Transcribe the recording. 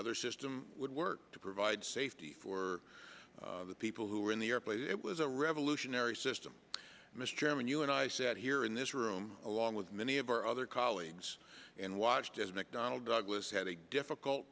other system would work to provide safety for the people who were in the airplane it was a revolutionary system mr chairman you and i sat here in this room along with many of our other colleagues and watched as mcdonnell douglas had a difficult